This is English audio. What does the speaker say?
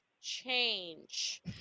change